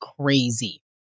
crazy